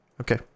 Okay